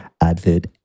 advert